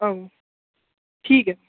आं ठीक ऐ